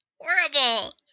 horrible